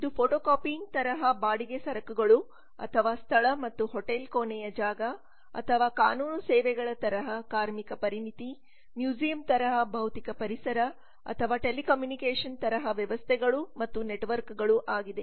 ಇದು ಫೋಟೋಕಾಪಿಯಿಂಗ್ ತರಹ ಬಾಡಿಗೆಸರಕುಗಳು ಅಥವಾ ಸ್ಥಳ ಮತ್ತು ಹೋಟೆಲ್ ಕೋಣೆಯ ಜಾಗ ಅಥವಾ ಕಾನೂನು ಸೇವೆಗಳ ತರಹ ಕಾರ್ಮಿಕಪರಿಣಿತಿ ಮ್ಯೂಸಿಯಂ ತರಹ ಭೌತಿಕ ಪರಿಸರ ಅಥವಾ ಟೆಲಿಕಮ್ಯುನಿಕೇಷನ್ ತರಹ ವ್ಯವಸ್ಥೆಗಳು ಮತ್ತು ನೆಟವರ್ಕ ಗಳು ಆಗಿದೆ